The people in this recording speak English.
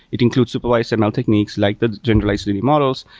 it includes supervised ml techniques, like the generalized linear models.